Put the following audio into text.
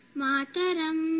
mataram